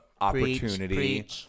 opportunity